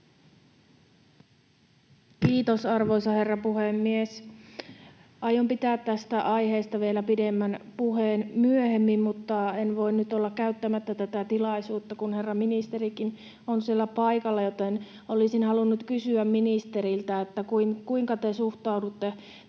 Content: Arvoisa herra puhemies! Aion pitää tästä aiheesta vielä pidemmän puheen myöhemmin, mutta en voi nyt olla käyttämättä tätä tilaisuutta, kun herra ministerikin on siellä paikalla, joten olisin halunnut kysyä ministeriltä: kuinka te suhtaudutte